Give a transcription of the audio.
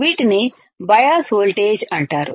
వీటిని bias voltage అంటారు